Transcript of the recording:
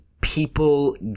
people